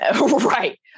Right